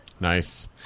nice